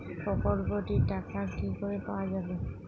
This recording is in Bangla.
প্রকল্পটি র টাকা কি করে পাওয়া যাবে?